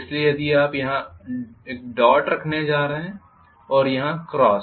इसलिए यदि आप यहाँ एक डॉट रखने जा रहे हैं और यहाँ क्रॉस